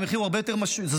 המחיר הוא הרבה יותר זול,